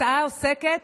ההצעה עוסקת